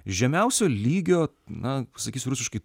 žemiausio lygio na pasakysiu rusiškai